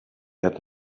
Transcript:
had